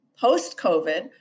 post-COVID